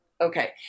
Okay